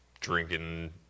drinking